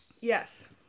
Yes